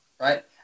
right